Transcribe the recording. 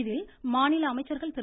இதில் மாநில அமைச்சர்கள் திரு